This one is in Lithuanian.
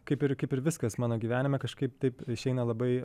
kaip ir kaip ir viskas mano gyvenime kažkaip taip išeina labai